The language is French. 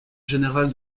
général